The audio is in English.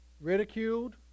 ridiculed